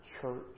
church